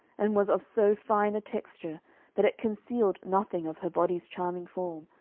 and was of so fine a texture that it concealed nothing of her body's charming form,